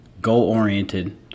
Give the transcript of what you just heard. goal-oriented